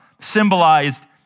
symbolized